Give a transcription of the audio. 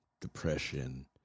depression